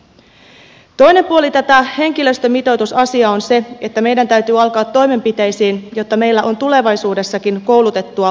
toinen puoli tätä henkilöstömitoitusasiaa on se että meidän täytyy alkaa toimenpiteisiin jotta meillä on tulevaisuudessakin koulutettua hoitohenkilöstöä olemassa